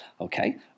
Okay